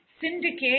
syndicate